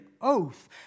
oath